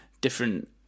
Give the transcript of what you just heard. different